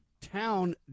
town